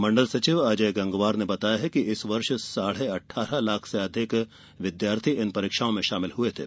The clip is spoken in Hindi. मण्डल सचिव अजय गंगवार ने बताया कि इस वर्ष साढ़े अठारह लाख से अधिक विद्यार्थी इन परीक्षाओं में शामिल हुए थे